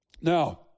Now